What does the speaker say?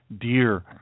dear